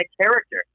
character